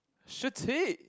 shu qi